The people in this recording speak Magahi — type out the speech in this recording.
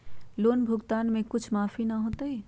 लोन भुगतान में कुछ माफी न होतई?